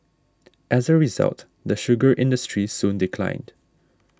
as a result the sugar industry soon declined